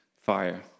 fire